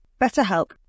BetterHelp